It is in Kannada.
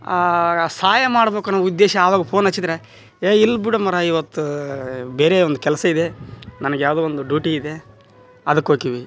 ಆಗ ಸಹಾಯ ಮಾಡ್ಬೇಕನ್ನೊ ಉದ್ದೇಶ ಆವಾಗ ಫೋನ್ ಹಚ್ಚಿದ್ರ ಏ ಇಲ್ಲ ಬಿಡು ಮರೆ ಇವತ್ತು ಬೇರೆ ಒಂದು ಕೆಲಸ ಇದೆ ನನ್ಗೆ ಯಾವುದೋ ಒಂದು ಡ್ಯೂಟಿ ಇದೆ ಅದಕ್ಕೆ ಹೋಕ್ಕೀವಿ